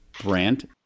brand